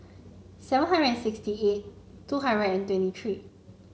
seven hundred and sixty eight two hundred and twenty three